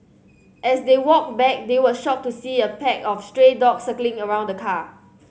as they walked back they were shocked to see a pack of stray dogs circling around the car